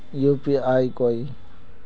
UPI कोई